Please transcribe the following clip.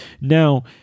Now